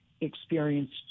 experienced